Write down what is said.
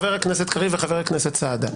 חבר הכנסת קריב וחבר הכנסת סעדה,